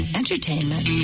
entertainment